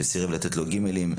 שסירב לתת לו גימלים.